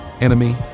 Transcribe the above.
Enemy